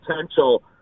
potential